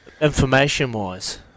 information-wise